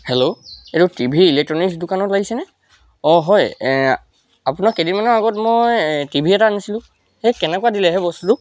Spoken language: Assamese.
হেল্ল' এইটো টি ভি ইলেক্ট্ৰনিকছ দোকানত লাগিছেনে অ' হয় আপোনাৰ কেইদিনমাৰ আগত মই টি ভি এটা আনিছিলো এই কেনেকুৱা দিলেহে বস্তুটো